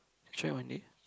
I try one day